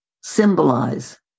symbolize